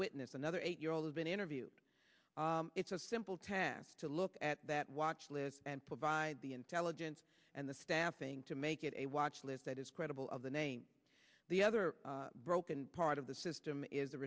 witness another eight year old have been interviewed it's a simple path to look at that watch list and provide the intelligence and the staffing to make it a watch list that is credible of the name the other broken part of the system is